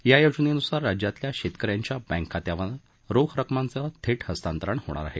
या योजनेनुसार राज्यातल्या शेतक यांच्या बँक खात्यावर रोख रक्कमांचे थेट हस्तांतरण होणार आहे